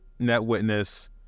NetWitness